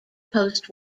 post